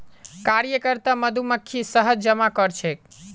कार्यकर्ता मधुमक्खी शहद जमा करछेक